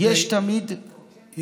יש תמיד,